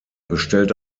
bestellte